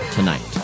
Tonight